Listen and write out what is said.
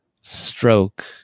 stroke